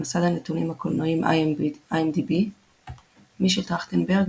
במסד הנתונים הקולנועיים IMDb מישל טרכטנברג,